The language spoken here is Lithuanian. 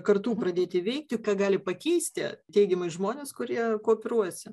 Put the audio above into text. kartu pradėti veikti ką gali pakeisti teigiamai žmonės kurie kooperuojasi